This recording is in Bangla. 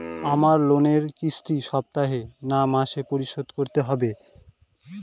আমার লোনের কিস্তি সপ্তাহে না মাসে পরিশোধ করতে হবে?